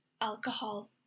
alcohol